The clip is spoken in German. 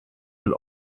will